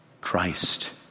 Christ